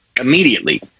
immediately